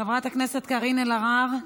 חברת הכנסת קארין אלהרר,